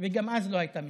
אז לא הייתה משטרה.